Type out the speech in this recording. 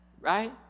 Right